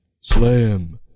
slam